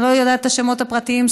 אני לא יודעת את השמות הפרטיים,